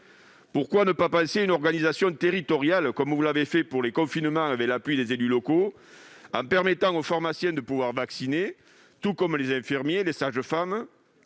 Pourquoi ne pas passer par une organisation territoriale, comme vous l'avez fait pour les confinements avec l'appui des élus locaux, en permettant aux pharmaciens de vacciner, tout comme les infirmiers et les sages-femmes,